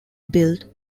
built